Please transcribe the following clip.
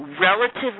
relatively